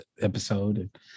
episode